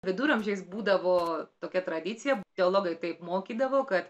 viduramžiais būdavo tokia tradicija teologai taip mokydavo kad